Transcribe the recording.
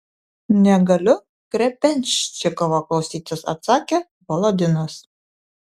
negaliu grebenščikovo klausytis atsakė volodinas